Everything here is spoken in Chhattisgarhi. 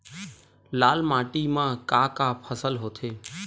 लाल माटी म का का फसल होथे?